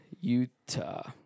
Utah